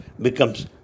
becomes